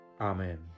Amen